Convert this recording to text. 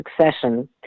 succession